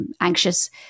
anxious